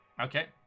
Okay